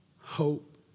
hope